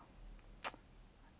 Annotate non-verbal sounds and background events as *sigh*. *noise*